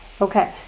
Okay